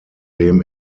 dem